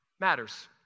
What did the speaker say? matters